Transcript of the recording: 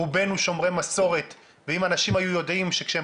רובנו שומרי מסורת ואם אנשים היו יודעים שכשהם